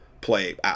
play